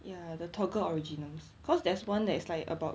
ya the toggle originals cause there's one that is like about